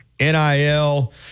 NIL